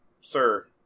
sir